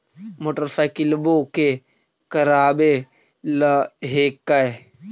मोटरसाइकिलवो के करावे ल हेकै?